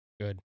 Good